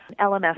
LMS